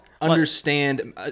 understand